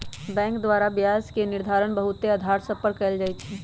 bank द्वारा ब्याज के निर्धारण बहुते अधार सभ पर कएल जाइ छइ